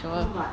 no but